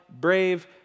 brave